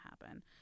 happen